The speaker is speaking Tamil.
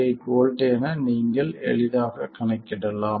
8 V என நீங்கள் எளிதாகக் கணக்கிடலாம்